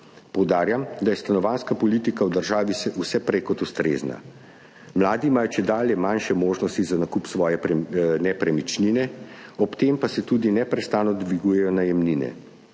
Poudarjam, da je stanovanjska politika v državi vse prej kot ustrezna. Mladi imajo čedalje manjše možnosti za nakup svoje nepremičnine, ob tem pa se tudi neprestano dvigujejo najemnine.